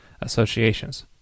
associations